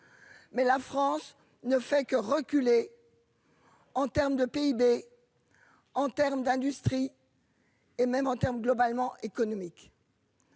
Mais la France ne fait que reculer. En termes de PIB. En termes d'industrie.-- Et même en termes globalement économique.